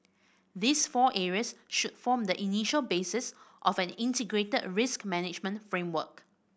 these four areas should form the initial basis of an integrated risk management framework